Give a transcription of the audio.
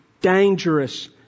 dangerous